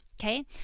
okay